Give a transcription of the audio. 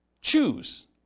choose